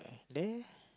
there